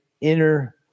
inner